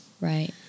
Right